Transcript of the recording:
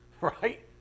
right